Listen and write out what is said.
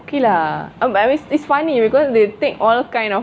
okay lah um but it's it's funny because they take all kind of